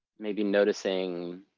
may be noticing